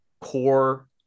core